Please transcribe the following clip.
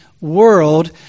world